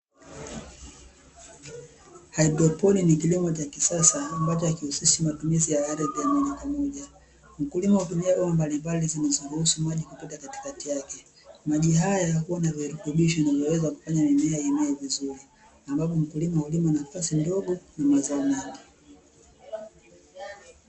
Hadroponi ni kilimo cha kisasa ambacho hakihusishi matumizi ya ardhi ya moja kwa moja, mkulima hutumia bomba mbalimbali zinazo ruhusu maji kupita katikati yake, maji haya huwa na virutubisho vinavyo weza kufanya mimea iweze kumea vizuri, ambapo mkulima nafasi ndogo na mazao mengi.